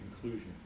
conclusion